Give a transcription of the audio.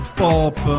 pop